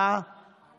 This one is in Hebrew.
להצבעה